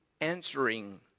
answering